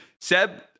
Seb